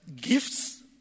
gifts